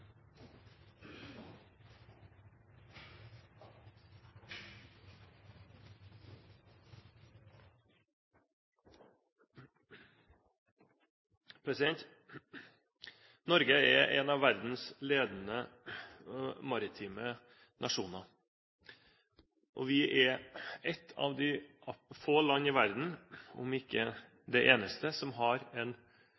sektor. Norge er en av verdens ledende maritime nasjoner. Vi er et av de få land i verden, om ikke